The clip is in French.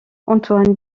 antoine